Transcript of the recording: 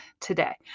today